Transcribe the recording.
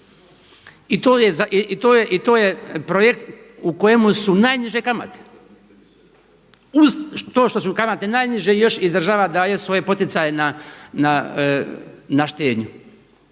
I to je projekt u kojemu su najniže kamate. Uz to što su kamate najniže još i država daje svoje poticaje na štednju.